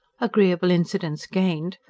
agreeable incidents gained,